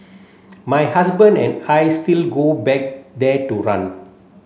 my husband and I still go back there to run